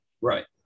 Right